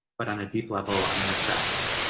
but on a deep level, i'm refreshed,